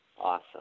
Awesome